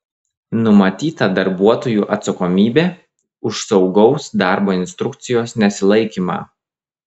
numatyta darbuotojų atsakomybė už saugaus darbo instrukcijos nesilaikymą